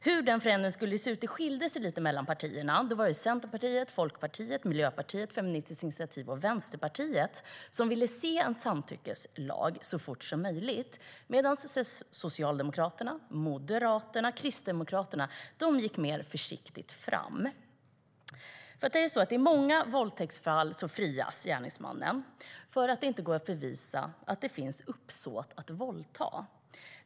Hur den förändringen skulle se ut skiljde sig lite mellan partierna.I många våldtäktsfall frias gärningsmannen för att det inte går att bevisa att det fanns uppsåt att våldta.